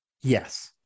Yes